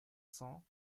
cents